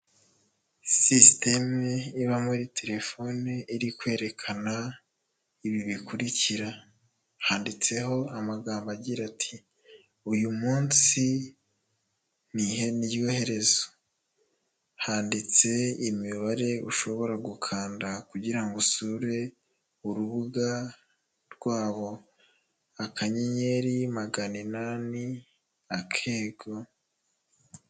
Sisiteme iba muri telefone iri kwerekana ibi bikurikira, handitseho amagambo agira ati" uyu munsi ntiryo herezo". Handitse imibare ushobora gukanda kugira usure urubuga rwabo. Akanyenyeri magana inani akego.